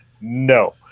No